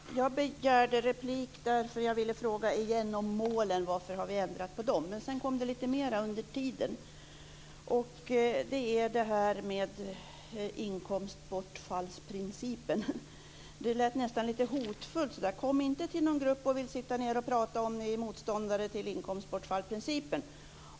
Herr talman! Jag begärde replik därför att jag ville fråga igen om målen. Varför har vi ändrat på dem? Men sedan jag begärde replik har det kommit upp lite mera. Det gäller det här med inkomstbortfallsprincipen. Statsrådet lät nästan lite hotfull när hon sade: Kom inte till någon grupp för att sitta ned och prata om ni är motståndare till inkomstbortfallsprincipen!